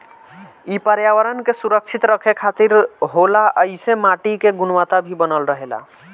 इ पर्यावरण के सुरक्षित रखे खातिर होला ऐइसे माटी के गुणवता भी बनल रहेला